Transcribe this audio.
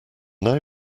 now